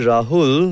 Rahul